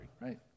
right